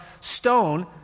stone